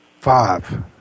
Five